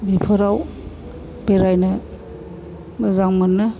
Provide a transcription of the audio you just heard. बेफोराव बेरायनो मोजां मोनो